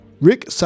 Rick